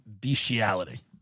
bestiality